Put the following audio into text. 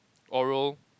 oral